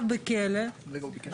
לגבי היום.